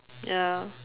ya